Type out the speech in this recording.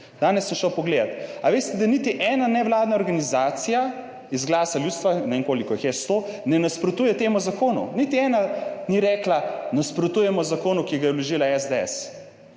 Danes sem šel pogledat, a veste, da niti ena nevladna organizacija iz glasa ljudstva, ne vem, koliko jih je, 100, ne nasprotuje temu zakonu. Niti ena ni rekla, nasprotujemo zakonu, ki ga je vložila SDS,